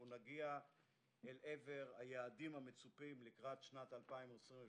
נגעי אל עבר היעדים המצופים לקראת שנת 2022,